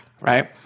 right